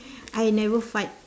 I never fart